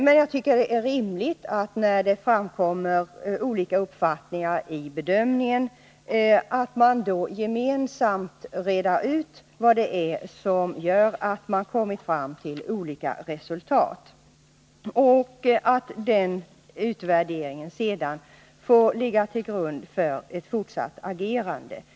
Men när det framkommer olika uppfattningar i bedömningen är det rimligt att man gemensamt reder ut vad det är som gör att man kommer fram till olika resultat och att en sådan utvärdering sedan får ligga till grund för ett fortsatt agerande.